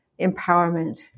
empowerment